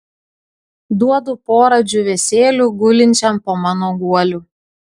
duodu porą džiūvėsėlių gulinčiam po mano guoliu